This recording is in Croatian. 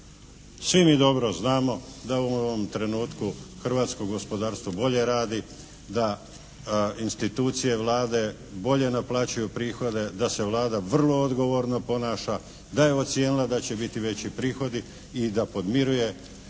Svi mi dobro znamo da u ovom trenutku hrvatsko gospodarstvo bolje radi, da institucije Vlade bolje naplaćuju prihode, da se Vlada vrlo odgovorno ponaša, da je ocijenila da će biti veći prihodi i da podmiruje